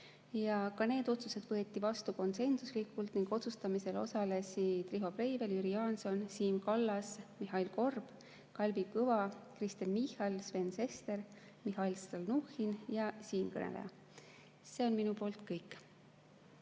Need otsused võeti vastu konsensuslikult. Otsustamisel osalesid Riho Breivel, Jüri Jaanson, Siim Kallas, Mihhail Korb, Kalvi Kõva, Kristen Michal, Sven Sester, Mihhail Stalnuhhin ja siinkõneleja. See on minu poolt kõik.